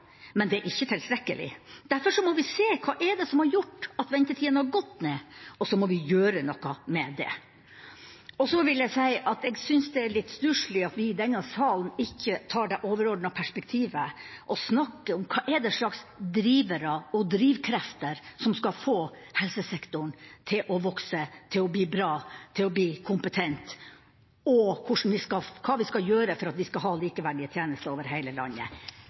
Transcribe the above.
men det er ikke tilstrekkelig. Derfor må vi se på hva som har gjort at ventetidene har gått ned, og så må vi gjøre noe med det. Så vil jeg si at jeg synes det er litt stusslig at vi i denne salen ikke tar det overordnede perspektivet og snakker om hvilke drivere og drivkrefter som skal få helsesektoren til å vokse, til å bli bra, til å bli kompetent, og hva vi skal gjøre for å ha likeverdige tjenester over hele landet.